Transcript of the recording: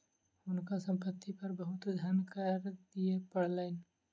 हुनका संपत्ति पर बहुत धन कर दिअ पड़लैन